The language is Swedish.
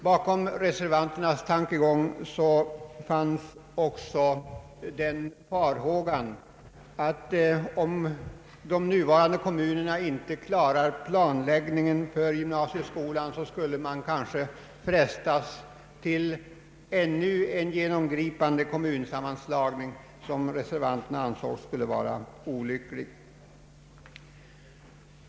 Bakom reservanternas tankegång fanns också farhågor för att om de nuvarande kommunerna inte klarar planläggningen för gymnasieskolan, skulle man kanske frestas till ännu en genomgripande kommunsammanslagning, vilket reservanterna ansåg skulle vara olyckligt.